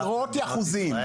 בעשרות אחוזים,